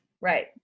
right